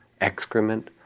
excrement